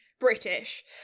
british